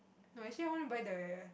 actually I want to buy the